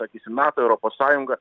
sakysim nato europos sąjunga